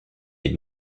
les